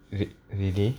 r~ really